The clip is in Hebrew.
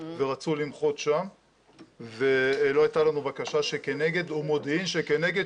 ורצו למחות שם ולא הייתה לנו בקשה שכנגד ומודיעין שכנגד